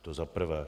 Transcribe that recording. To za prvé.